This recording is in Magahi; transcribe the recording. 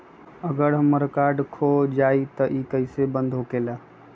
अगर हमर कार्ड खो जाई त इ कईसे बंद होकेला?